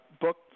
book